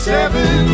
Seven